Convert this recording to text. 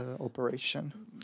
Operation